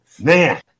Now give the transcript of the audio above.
Man